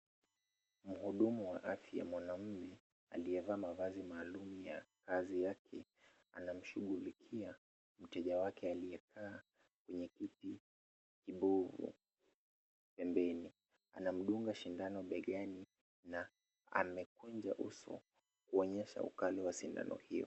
Mhudumu wa afya mwanaume aliyevalia mavazi maalum ya kazi yake, anamshugulikia mteja wake aliyekaa kwenye kiti kibovu pembeni, anamdunga sindano begani na amekunja uso kuonyesha ukali wa sindano hiyo.